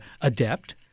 adept